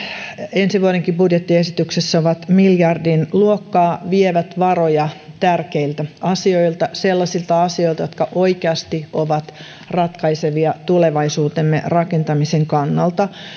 ensi vuodenkin budjettiesityksessä ovat miljardin luokkaa vievät varoja tärkeiltä asioita sellaisilta asioilta jotka oikeasti ovat ratkaisevia tulevaisuutemme rakentamisen kannalta